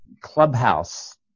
clubhouse